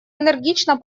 энергично